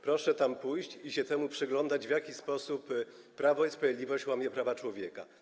Proszę tam pójść i się temu przyglądać, w jaki sposób Prawo i Sprawiedliwość łamie prawa człowieka.